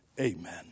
Amen